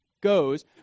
goes